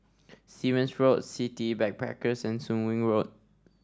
Stevens Road City Backpackers and Soon Wing Road